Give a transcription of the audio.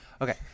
Okay